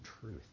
truth